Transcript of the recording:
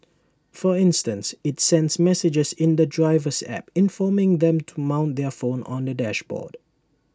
for instance IT sends messages in the driver's app informing them to mount their phone on the dashboard